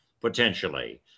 potentially